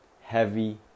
heavy